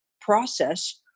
process